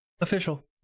Official